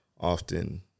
often